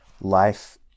life